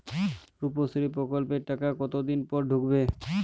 রুপশ্রী প্রকল্পের টাকা কতদিন পর ঢুকবে?